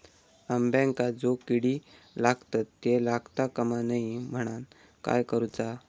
अंब्यांका जो किडे लागतत ते लागता कमा नये म्हनाण काय करूचा?